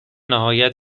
نهایت